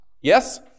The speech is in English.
Yes